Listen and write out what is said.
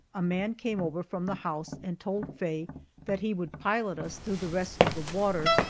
a man came over from the house and told faye that he would pilot us through the rest of the water,